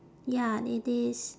ya it is